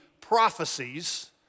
prophecies